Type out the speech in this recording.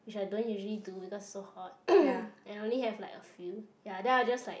which I don't usually do because so hot and I only have like a few ya then I will just like